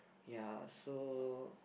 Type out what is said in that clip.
ya so